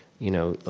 you know,